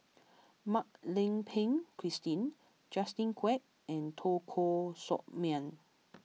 Mak Lai Peng Christine Justin Quek and Teo Koh Sock Miang